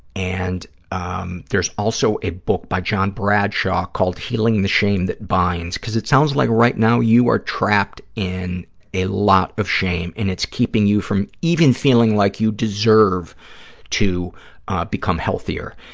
and um there's also a book by john bradshaw called healing the shame that binds, because it sounds like right now you are trapped in a lot of shame, and it's keeping you from even feeling like you deserve to become healthier.